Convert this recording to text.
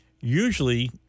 usually